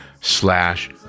slash